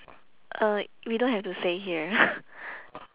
uh we don't have to say here